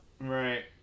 Right